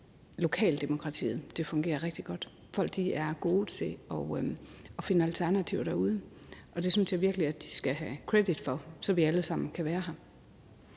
lokaldemokratiet fungerer rigtig godt. Folk er gode til at finde alternativer derude, og det synes jeg virkelig de skal have credit for, så vi alle sammen kan være her.